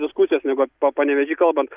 diskusijos negu pa panevėžy kalbant